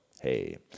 hey